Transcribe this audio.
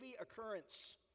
occurrence